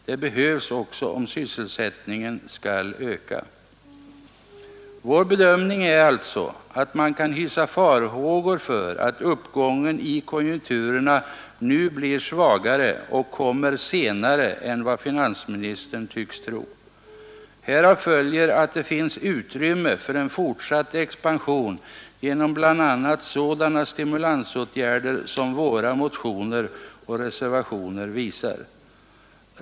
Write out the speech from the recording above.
Det behövs också om sysselsättningen skall öka. Vår bedömning är alltså att man kan hysa farhågor för att uppgången i konjunkturerna nu blir svagare och kommer senare än vad finansministern tycks tro. Härav följer att det finns utrymme för en fortsatt expansion genom bl.a. sådana stimulansåtgärder som föreslås i våra motioner och reservationer.